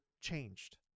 changed